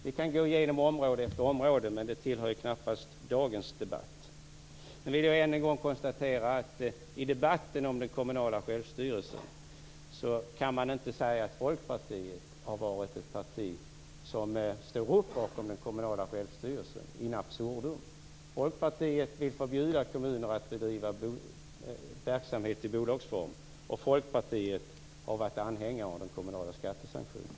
Vi kan gå igenom område efter område, men det tillhör knappast dagens debatt. Jag vill än en gång konstatera att i debatten om den kommunala självstyrelsen kan man inte säga att Folkpartiet har varit ett parti som in absurdum stått upp bakom den. Folkpartiet vill förbjuda kommuner att bedriva verksamhet i bolagsform. Folkpartiet har varit anhängare av den kommunala skattesanktionen.